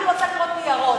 אני רוצה לראות ניירות.